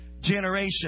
generation